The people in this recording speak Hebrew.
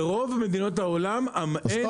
ברוב מדינות העולם אין מע"מ --- הופחת באופן דרמטי --- אז